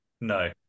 no